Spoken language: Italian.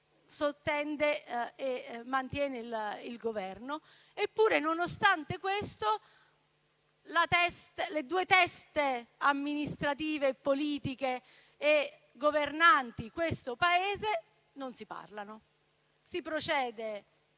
sottende e mantiene il Governo. Eppure, nonostante questo, le due teste amministrative e politiche governanti questo Paese non si parlano; si procede